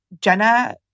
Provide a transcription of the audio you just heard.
Jenna